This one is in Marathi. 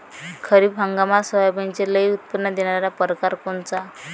खरीप हंगामात सोयाबीनचे लई उत्पन्न देणारा परकार कोनचा?